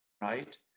right